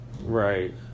Right